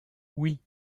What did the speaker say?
oui